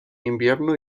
invierno